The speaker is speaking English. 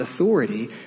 authority